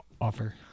offer